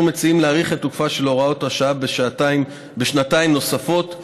אנחנו מציעים להאריך את תוקפה של הוראת השעה בשנתיים נוספות,